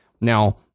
Now